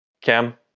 Cam